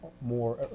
more